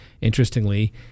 Interestingly